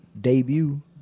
debut